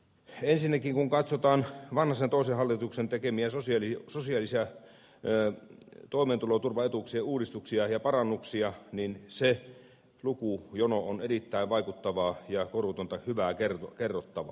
ensinnäkin kun katsotaan vanhasen toisen hallituksen tekemiä sosiaalisia toimeentuloturvaetuuksien uudistuksia ja parannuksia niin se lukujono on erittäin vaikuttavaa ja korutonta hyvää kerrottavaa